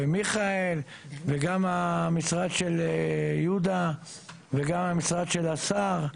ומיכאל, וגם המשרד של יהודה וגם המשרד של השר,